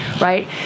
right